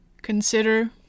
Consider